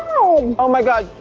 oh oh my god.